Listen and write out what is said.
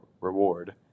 reward